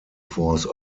force